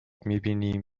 میبینیم